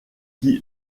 qui